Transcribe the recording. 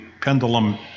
pendulum